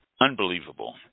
Unbelievable